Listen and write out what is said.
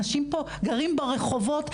אנשים פה גרים ברחובות,